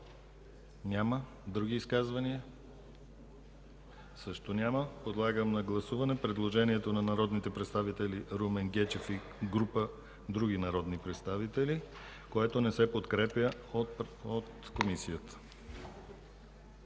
Няма. Други изказвания? Също няма. Подлагам на гласуване предложението на народния представител Румен Гечев и група народни представители, което не се подкрепя от Комисията.